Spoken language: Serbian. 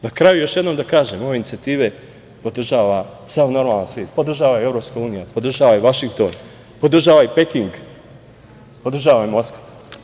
Na kraju, još jednom da kažem, ove inicijative podržava sav normalan svet, podržava i EU, podržava i Vašington, podržava i Peking, podržava i Moskva.